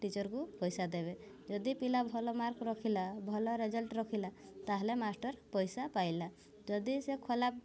ଟିଚରକୁ ପଇସା ଦେବେ ଯଦି ପିଲା ଭଲ ମାର୍କ ରଖିଲା ଭଲ ରେଜଲ୍ଟ ରଖିଲା ତାହେଲେ ମାଷ୍ଟର ପଇସା ପାଇଲା ଯଦି ସେ ଖୋଲା